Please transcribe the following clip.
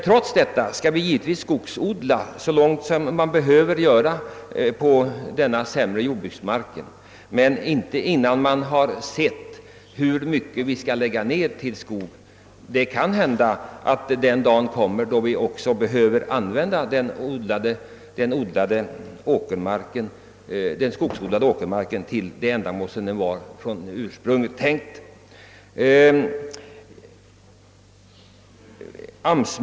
Trots detta skall vi givetvis odla skog på den sämre jordbruksmarken — men först då vi har sett hur stor areal vi kan lägga till skog utan att göra avkall på beredskapen. Kanhända den dag kommer, då vi behöver använda den skogsodlade åkermarken till annat ändamål än skogsproduktion.